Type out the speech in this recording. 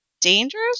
dangerous